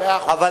מאה אחוז.